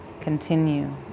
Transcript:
continue